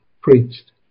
preached